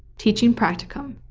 teaching practicum,